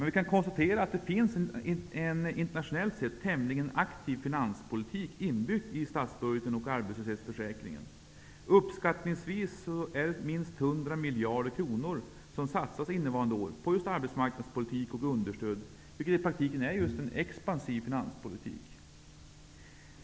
Vi kan konstatera att det finns en internationellt sett tämligen aktiv finanspolitik inbyggd i statsbudget och arbetslöshetsförsäkring. Uppskattningsvis är det minst 100 miljarder kronor som under innevarande år satsas på arbetsmarknadspolitik och understöd, vilket i praktiken är just en expansiv finanspolitik.